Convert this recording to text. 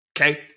Okay